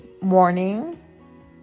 Morning